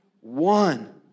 one